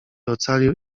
ocalił